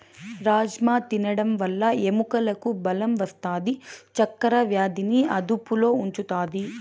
రాజ్మ తినడం వల్ల ఎముకలకు బలం వస్తాది, చక్కర వ్యాధిని అదుపులో ఉంచుతాది